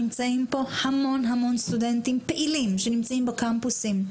נמצאים פה המון המון סטודנטים פעילים שנמצאים בקמפוסים.